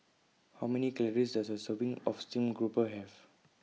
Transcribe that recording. How Many Calories Does A Serving of Steamed Grouper Have